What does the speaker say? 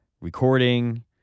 recording